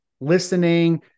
listening